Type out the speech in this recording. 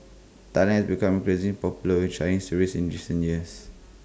Thailand become increasing popular with Chinese tourists in recent years